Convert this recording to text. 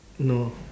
no